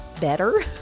better